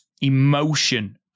emotion